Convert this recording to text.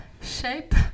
shape